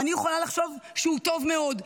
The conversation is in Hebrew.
ואני יכולה לחשוב שהוא טוב מאוד,